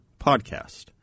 podcast